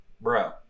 bro